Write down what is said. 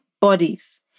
bodies